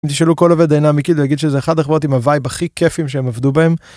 אם תשאלו כל עובד בדיינמיק יילד אחד החברות עם הווייב הכי כיפים שהם עבדו בהם.